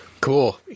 Cool